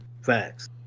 Facts